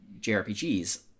JRPGs